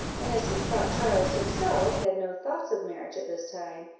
and as he thought charles himself had no thoughts of marriage at this time,